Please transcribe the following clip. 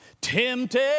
Tempted